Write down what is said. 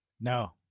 No